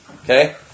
Okay